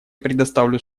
предоставлю